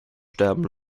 sterben